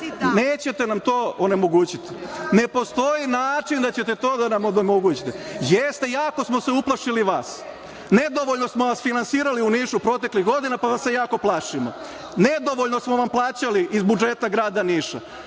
nećete nam to onemogućiti. Ne postoji način da ćete to da nam onemogućite. Jeste, jako smo se uplašili vas, nedovoljno smo vas finansirali u Nišu proteklih godina, pa vas se jako plašimo. Nedovoljno smo vam plaćali iz budžeta grada Niša.